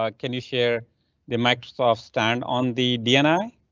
ah can you share the microsoft stand on the dni?